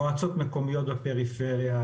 מועצות מקומיות בפריפריה,